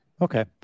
Okay